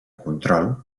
control